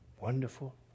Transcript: Wonderful